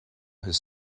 his